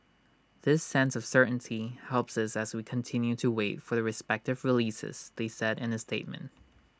this sense of certainty helps us as we continue to wait for the respective releases they said in A statement